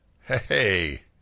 Hey